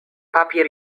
papier